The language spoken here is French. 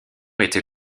était